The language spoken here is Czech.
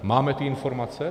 Máme ty informace?